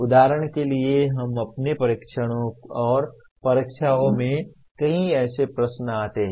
उदाहरण के लिए हम अपने परीक्षणों और परीक्षाओं में कई ऐसे प्रश्न आते हैं